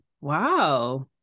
Wow